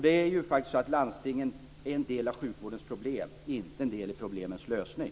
Det är ju faktiskt så att landstingen är en del av sjukvårdens problem, inte en del i problemens lösning.